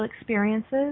experiences